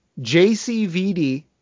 JCVD